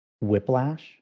whiplash